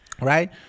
right